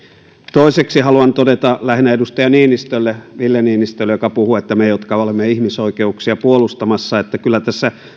toiseksi haluan todeta lähinnä edustaja ville niinistölle joka puhui että me jotka olemme ihmisoikeuksia puolustamassa että kyllä tässä